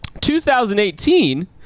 2018